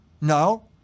No